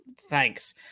Thanks